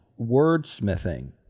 wordsmithing